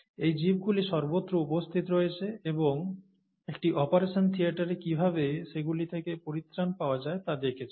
এই জীবগুলি সর্বত্র উপস্থিত রয়েছে এবং একটি অপারেশন থিয়েটারে কীভাবে সেগুলি থেকে পরিত্রাণ পাওয়া যায় তা দেখেছি